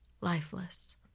lifeless